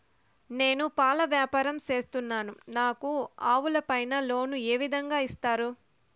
నేను పాల వ్యాపారం సేస్తున్నాను, నాకు ఆవులపై లోను ఏ విధంగా ఇస్తారు